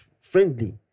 friendly